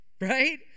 right